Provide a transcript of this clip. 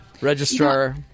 registrar-